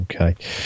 Okay